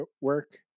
work